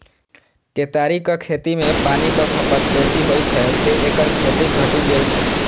केतारीक खेती मे पानिक खपत बेसी होइ छै, तें एकर खेती घटि गेल छै